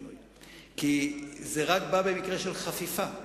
כי זה בא רק במקרה של חפיפה.